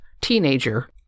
teenager